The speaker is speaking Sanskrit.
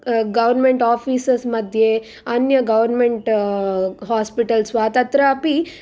गवर्मेण्ट् आफीसस् मध्ये अन्य गवर्मेण्ट् हास्पिटल्स् वा तत्रापि